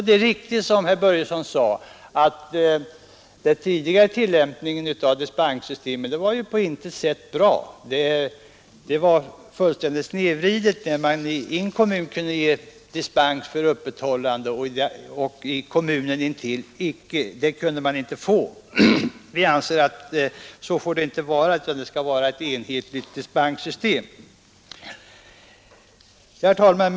Det är riktigt, som herr Börjesson i Glömminge sade, att den tidigare tillämpningen av dispenssystemet inte på något sätt var bra. Man åstadkom en snedvridning när en kommun kunde ge dispens för öppethållande och inte kommunen intill. Så får det inte vara; det skall vara ett enhetligt dispenssystem. Herr talman!